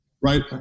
Right